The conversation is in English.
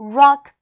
rock